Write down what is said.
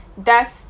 thus